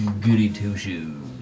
goody-two-shoes